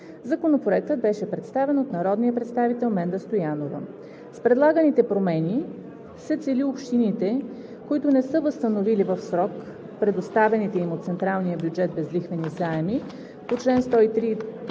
Законопроектът беше представен от народния представител Менда Стоянова. С предлаганите промени се цели общините, които не са възстановили в срок предоставените им от централния бюджет безлихвени заеми по чл. 103